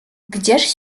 gdzież